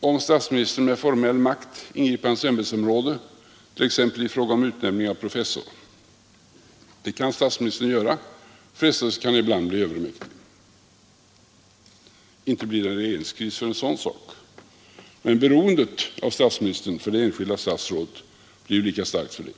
om statsministern med formell makt ingriper i hans ämbetsområde, t.ex. i fråga om utnämning av professor? Det har statsministern möjlighet att göra. Frestelsen kan ibland bli honom övermäktig. Inte blir det regeringskris för en sådan sak, men beroendet av statsministern för det enskilda statsrådet blir ju lika starkt ändå.